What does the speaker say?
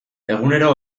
egunero